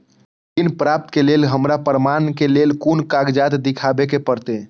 ऋण प्राप्त के लेल हमरा प्रमाण के लेल कुन कागजात दिखाबे के परते?